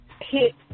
hit